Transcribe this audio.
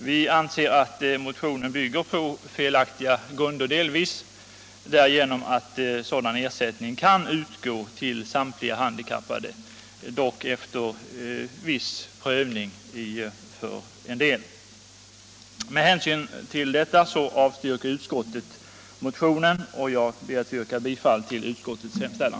Vi anser att motionen delvis bygger på felaktiga grunder, eftersom sådan ersättning kan utgå till samtliga handikappade, dock i en del fall efter viss prövning. Med hänsyn härtill avstyrker utskottet motionen, och jag ber att få yrka bifall till utskottets hemställan.